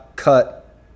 Cut